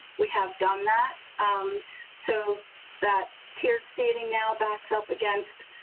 we have done that so that tiered seating now backs up against.